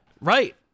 Right